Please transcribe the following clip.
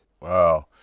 Wow